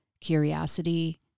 curiosity